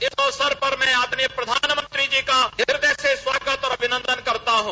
इस अवसर पर मैं प्रधानमंत्री जी का हृदय से स्वागत अभिनन्दन करता हूं